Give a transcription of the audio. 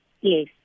Yes